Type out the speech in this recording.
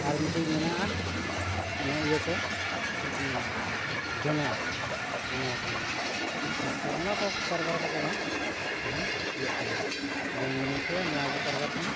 ᱟᱨ ᱢᱤᱫᱴᱤᱡ ᱢᱮᱱᱟᱜᱼᱟ ᱚᱱᱟ ᱤᱭᱟᱹ ᱠᱚ ᱪᱮᱫ ᱠᱚ ᱢᱮᱱᱟ ᱡᱚᱸᱰᱨᱟ ᱡᱚᱸᱰᱨᱟ ᱠᱚ ᱢᱮᱱᱟᱜᱼᱟ ᱦᱮᱸᱥᱮ ᱛᱚ ᱚᱱᱟ ᱠᱚ ᱠᱟᱨᱵᱟᱨ ᱠᱟᱛᱮ ᱦᱚᱸ ᱟᱹᱰᱤ ᱜᱟᱱ ᱤᱭᱟᱹᱜ ᱠᱟᱱᱟ ᱡᱚᱢ ᱡᱤᱱᱤᱥ ᱨᱮ ᱱᱚᱣᱟ ᱵᱚᱱ ᱠᱟᱨᱵᱟᱨ ᱠᱟᱱᱟ